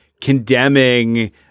condemning